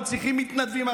אנחנו צריכים מתנדבים,